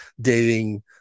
dating